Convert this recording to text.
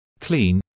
clean